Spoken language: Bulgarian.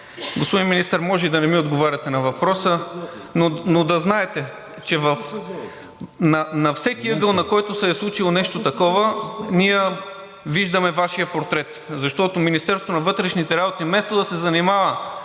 Господин Министър, може и да не ми отговаряте на въпроса, но да знаете, че на всеки ъгъл, на който се е случило нещо такова, ние виждаме Вашия портрет, защото Министерството на вътрешните работи, вместо да се занимава